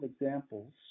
examples